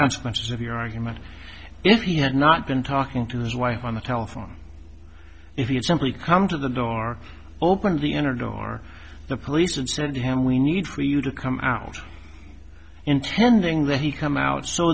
consequences of your argument if he had not been talking to his wife on the telephone if you have somebody come to the door open the inner door the police have said to him we need for you to come out intending that he come out so